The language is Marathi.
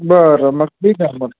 बरं मग ठीक आहे मग